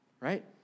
right